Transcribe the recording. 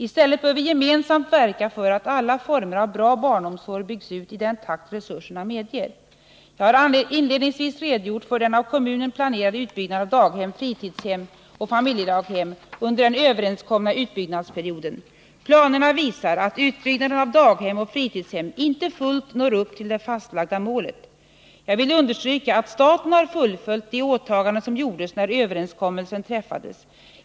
I stället bör vi gemensamt verka för att alla former av bra barnomsorg byggs ut i den takt resurserna medger. Jag har inledningsvis redogjort för den av kommunen planerade utbyggnaden av daghem, fritidshem och familjedaghem under den överenskomna utbyggnadsperioden. Planerna visar att utbyggnaden av daghem och fritidshem inte fullt når upp till det fastlagda målet. Jag vill understryka att staten har fullföljt de åtaganden som gjordes när överenskommelsen träffades.